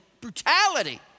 brutality